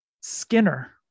Skinner